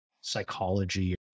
psychology